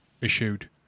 issued